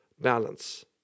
balance